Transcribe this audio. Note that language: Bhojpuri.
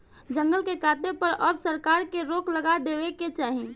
जंगल के काटे पर अब सरकार के रोक लगा देवे के चाही